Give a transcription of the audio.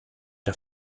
der